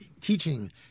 teaching